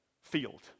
field